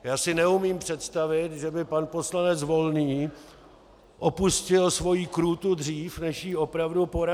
Já si neumím představit, že by pan poslanec Volný opustil svoji krůtu dřív, než jí opravdu porazil.